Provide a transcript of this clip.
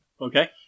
Okay